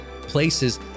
places